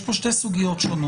יש כאן שתי סוגיות שונות.